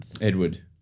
Edward